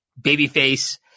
babyface